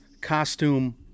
costume